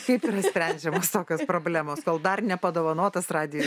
kaip yra sprendžiamos tokios problemos kol dar nepadovanotas radija